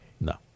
no